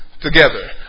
together